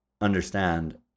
understand